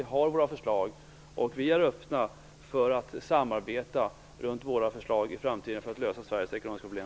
Vi har egna förslag, och vi är öppna för att samarbeta för att lösa Sveriges ekonomiska problem.